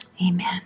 Amen